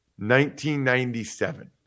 1997